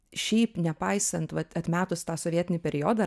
šiaip nepaisant vat atmetus tą sovietinį periodą